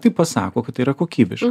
tai pasako kad tai yra kokybiška